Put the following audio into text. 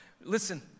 Listen